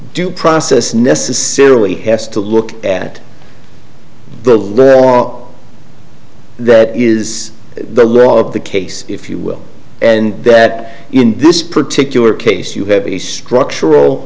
due process necessarily has to look at the long that is the law of the case if you will and that in this particular case you have a structural